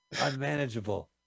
Unmanageable